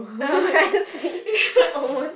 oh I see almost